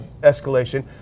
escalation